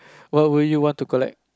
what will you want to collect